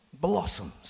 blossoms